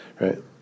Right